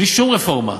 בלי שום רפורמה.